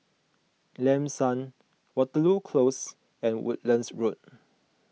Lam San Waterloo Close and Woodlands Road